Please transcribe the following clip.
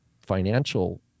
financial